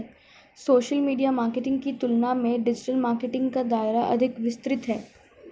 social media marketing की तुलना में डिजिटल मार्केटिंग का दायरा अधिक विस्तृत है